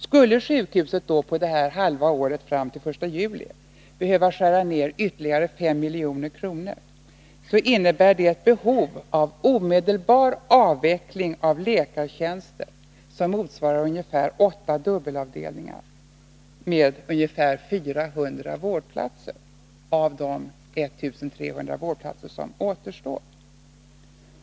Skulle sjukhuset på det halva året fram till den 1 juli behöva skära ned ytterligare 5 milj.kr., 137 innebär det behov av omedelbar avveckling av läkartjänster som motsvarar ungefär 8 dubbelavdelningar med bortåt 400 vårdplatser, av de 1300 som återstår.